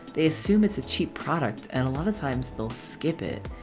they assume it's a cheap product. and a lot of times they'll skip it.